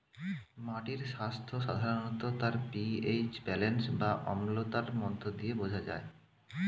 মাটির স্বাস্থ্য সাধারণত তার পি.এইচ ব্যালেন্স বা অম্লতার মধ্য দিয়ে বোঝা যায়